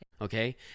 okay